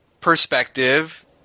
perspective